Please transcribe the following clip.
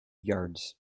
yards